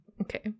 Okay